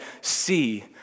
see